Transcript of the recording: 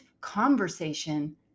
conversation